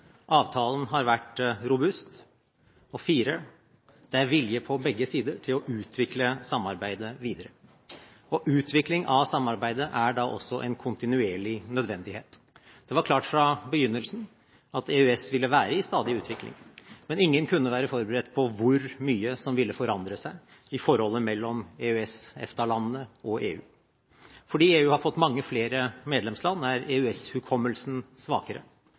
Avtalen har vært robust. Det er vilje på begge sider til å utvikle samarbeidet videre. Utvikling av samarbeidet er også en kontinuerlig nødvendighet. Det var klart fra begynnelsen at EØS ville være i stadig utvikling. Men ingen kunne være forberedt på hvor mye som ville forandre seg i forholdet mellom EØS/EFTA-landene og EU. Fordi EU har fått mange flere medlemsland, er EØS-hukommelsen svakere.